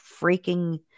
freaking